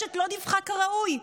שהרשת לא דיווחה כראוי,